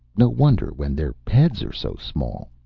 no wonder, when their heads are so small.